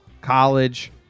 college